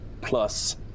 plus